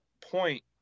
point